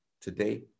today